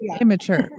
immature